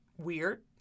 weird